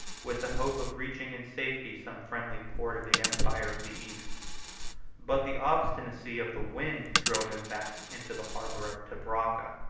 with the hope of reaching in safety some friendly port of the empire of the east but the obstinacy of the wind drove him back into the harbor of tabraca,